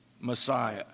Messiah